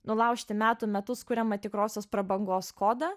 nulaužti metų metus kuriamą tikrosios prabangos kodą